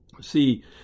See